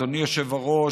אדוני היושב-ראש,